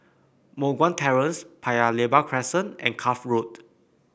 Moh Guan Terrace Paya Lebar Crescent and Cuff Road